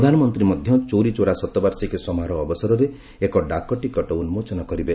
ପ୍ରଧାନମନ୍ତ୍ରୀ ମଧ୍ୟ ଚୌରୀ ଚୋରା ଶତବାର୍ଷିକୀ ସମାରୋହ ଅବସରରେ ଏକ ଡାକଟିକେଟ ଉନ୍କୋଚନ କରିବେ